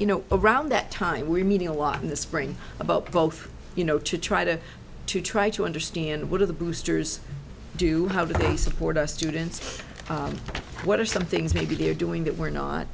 you know around that time we're meeting a lot in the spring about golf you know to try to to try to understand what are the boosters do how do we support our students what are some things maybe they're doing that